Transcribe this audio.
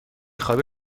خوابی